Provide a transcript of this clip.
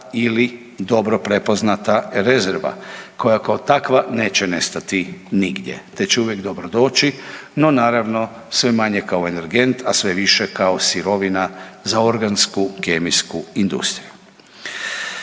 ili dobro prepoznata rezerva koja kao takva neće nestati nigdje te će uvijek dobro doći, no naravno sve manje kao energent, a sve više kao sirovina za organsku kemijsku industriju.